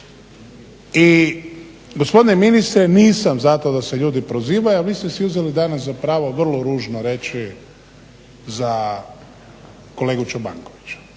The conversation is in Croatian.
I gospodine ministre nisam za to da se ljudi prozivaju, a vi ste si uzeli danas za pravo vrlo ružno reći za kolegu Čobankovića.